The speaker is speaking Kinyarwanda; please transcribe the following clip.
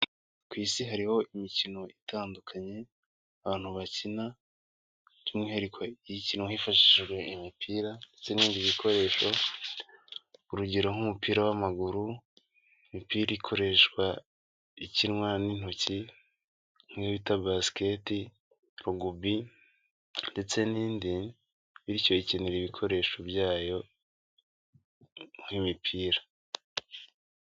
Ku isi hariho imikino itandukanye abantu bakina, by'umwihariko ikinwa hifashishijwe imipira, ndetse n'ibindi bikoresho, urugero; nk'umupira w'amaguru, imipira ikoreshwa ikinwa n'intoki iyo bita basket, ruguby, ndetse n'indi, bityo ikenera ibikoresho byayo nk'imipira.